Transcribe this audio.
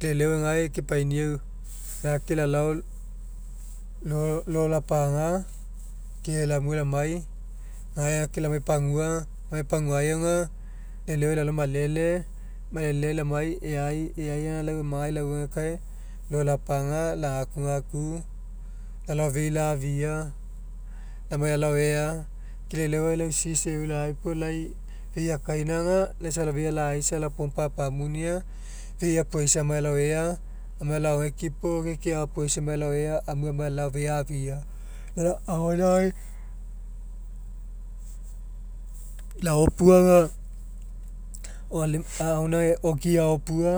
Ke e'eleuai gae kepainiau lake lalao lo, lo lapaga efua ke lamue lamai pagua gae aga e'eleuai lalao malele maleleai lamai e'ai e'ai aga lau amagai lauegekae lo lapaga lagakugaku lalao fei lafia lamai lalao ea ke lau e'eleuai lau sis e'u lai puo fei akainaga lai safa fei ala'aisa alao pmpa apamunia fei apuaisa amai alao ea amai alao aogekipo ke apuaisa amue amai alao fei afia. Lau agoainagai laopua aga o agoainagai oki aopua